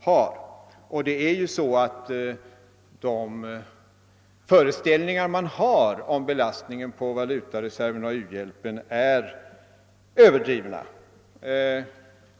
Det förhåller sig också så, att de föreställningar man har om belastningen på valutareserven och u-hjälpen är överdrivna.